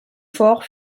fort